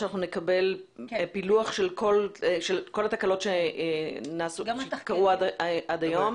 שנקבל פילוח של כל התקלות שנחקרו עד היום?